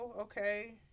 okay